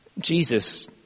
Jesus